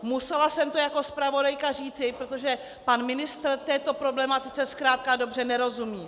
Musela jsem to jako zpravodajka říci, protože pan ministr této problematice zkrátka a dobře nerozumí!